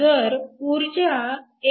जर ऊर्जा 1